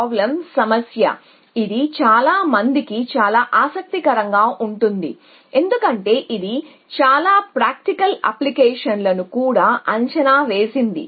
TSP సమస్య ఇది చాలా మందికి చాలా ఆసక్తికరంగా ఉందని మేము చెప్పాము ఎందుకంటే ఇది చాలా ప్రాక్టికల్ అప్లికేషన్లను కూడా అంచనా వేసింది